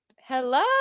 Hello